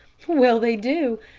well, they do.